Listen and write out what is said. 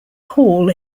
hall